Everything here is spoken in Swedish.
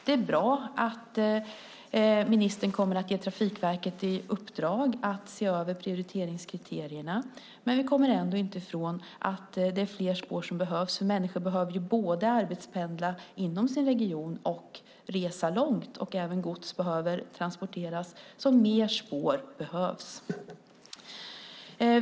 Det är bra att ministern kommer att ge Trafikverket i uppdrag att se över prioriteringskriterierna, men vi kommer ändå inte ifrån att fler spår behövs. Människor behöver både arbetspendla inom sin region och resa långt. Även gods behöver transporteras. Mer spår behövs alltså.